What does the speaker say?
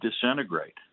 disintegrate